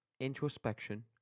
Introspection